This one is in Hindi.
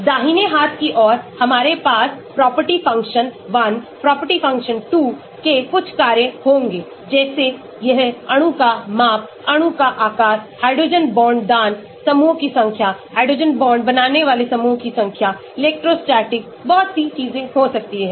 दाहिने हाथ की ओर हमारे पासप्रॉपर्टी फंक्शन 1 प्रॉपर्टीफंक्शन 2 के कुछ कार्य होंगे जैसे यह अणु का माप अणु का आकार हाइड्रोजन बांड दान समूहों की संख्या हाइड्रोजन बांड बनाने वाले समूहों की संख्या इलेक्ट्रोस्टैटिक बहुत सी चीजें हो सकती हैं